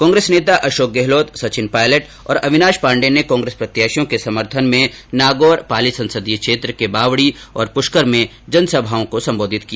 कांग्रेस नेता अषोक गहलोत सचिन पायलट और अविनाष पांडे ने कांग्रेस प्रत्याषियों के समर्थन में नागौर पाली संसदीय क्षेत्र के बावडी और प्रष्कर में जनसभाओं को संबोधित किया